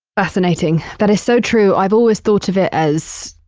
fascinating. that is so true. i've always thought of it as,